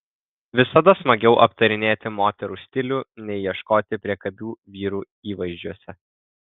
visada smagiau aptarinėti moterų stilių nei ieškoti priekabių vyrų įvaizdžiuose